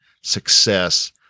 success